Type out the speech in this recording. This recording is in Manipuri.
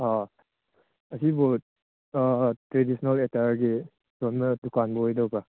ꯑꯥ ꯑꯁꯤꯕꯨ ꯇ꯭ꯔꯦꯗꯤꯁꯅꯦꯜ ꯑꯦꯇꯥꯌꯔꯒꯤ ꯗꯨꯀꯥꯟꯗꯨ ꯑꯣꯏꯗꯧꯕ꯭ꯔꯥ